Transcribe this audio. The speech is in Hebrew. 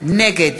נגד